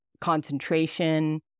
concentration